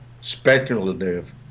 speculative